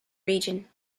region